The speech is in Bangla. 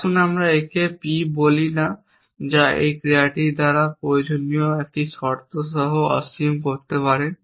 আসুন আমরা একে p বলি না যা এই ক্রিয়াটির দ্বারা প্রয়োজনীয় একটি শর্ত সহ অসীম করতে পারে